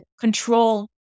control